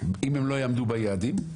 אם הם לא יעמדו ביעדים.